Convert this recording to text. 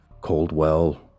coldwell